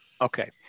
Okay